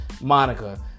Monica